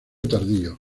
tardío